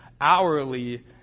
hourly